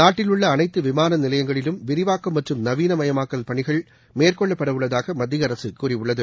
நாட்டில் உள்ள அனைத்து விமான நிலையங்களிலும் விரிவாக்கம் மற்றும் நவீனமயமாக்கல் பணிகள் மேற்கொள்ளப்படவுள்ளதாக மத்திய அரசு கூறியுள்ளது